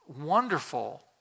wonderful